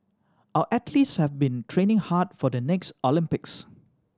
our athletes have been training hard for the next Olympics